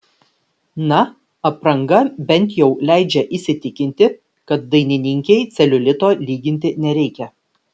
na apranga bent jau leidžia įsitikinti kad dainininkei celiulito lyginti nereikia